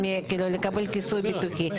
כדי לקבל כיסוי ביטוחי.